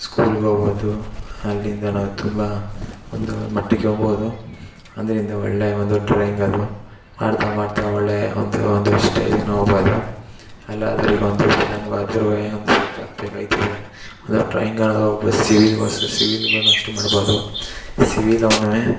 ಸ್ಕೂಲ್ಗೆ ಹೋಗ್ಬೋದು ಅಲ್ಲಿಂದಲೂ ತುಂಬ ಒಂದು ಮಟ್ಟಿಗೆ ಹೋಗ್ಬೋದು ಅದರಿಂದ ಒಳ್ಳೆಯ ಒಂದು ಡ್ರಾಯಿಂಗ್ ಅದು ಮಾಡ್ತಾ ಮಾಡ್ತಾ ಒಳ್ಳೆಯ ಒಂದು ಒಂದು ಸ್ಟೇಜಿಗೆ ನಾವು ಹೋಗ್ಬೋದು ಎಲ್ಲದರ ಈಗೊಂದು ಫಿಲಮ್ಗೆ ಆದ್ರೂ ಒಂದು ಸ್ಕೆಚ್ ಹಾಕ್ಬೇಕಾಯ್ತದೆ ಒಂದು ಡ್ರಾಯಿಂಗ್ ಅನ್ನೋದು ಒಬ್ಬ ಸಿವಿಲ್ ಸಿವಿಲ್ಗುನಷ್ಟು ಮಾಡ್ಬೋದು ಸಿವಿಲ್ ಅವ್ನೂ